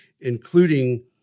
including